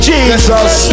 Jesus